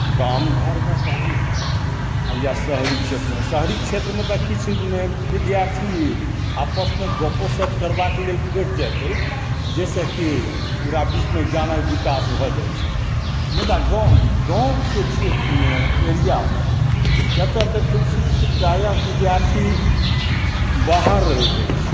गाम घरमे कहू या शहरी क्षेत्रमे शहरी क्षेत्रमे तऽ किछु विद्यार्थी आपसमे गपोसप करबाक लेल भेट जाइत अछि जाहिसँ कि ओकरा बीचमे ज्ञानके विकास भए जाइ छै मुदा गाँवके क्षेत्रमे एरियामे जतऽ देखै छी कि प्रायः विद्यार्थी बाहर रहैत अछि